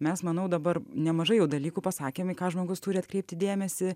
mes manau dabar nemažai jau dalykų pasakėm į ką žmogus turi atkreipti dėmesį